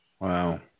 Wow